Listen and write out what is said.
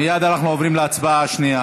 מייד אנחנו עוברים להצבעה השנייה.